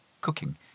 cooking